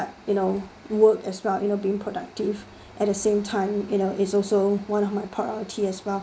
but you know work as well you know being productive at the same time you know is also one of my priority as well